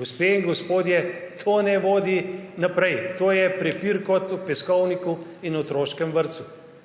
Gospe in gospodje, to ne vodi naprej. To je prepir kot v peskovniku in otroškem vrtcu.